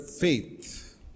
faith